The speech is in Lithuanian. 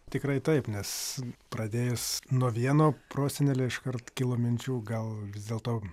tikrai taip nes pradėjus nuo vieno prosenelio iškart kilo minčių gal vis dėlto